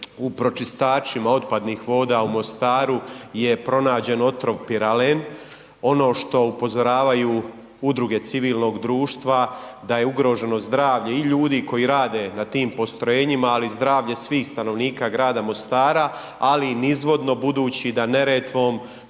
u pročistačima otpadnih voda u Mostaru je pronađen otrov piralen, ono što upozoravaju udruge civilnog društva da je ugroženo zdravlje i ljudi koji rade na tim postrojenjima, ali i zdravlje svih stanovnika grada Mostara, ali i nizvodno budući da Neretvom